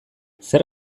zer